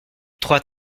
trois